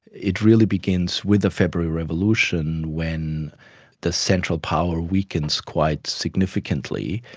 it really begins with the february revolution when the central power weakens quite significantly.